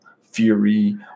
Fury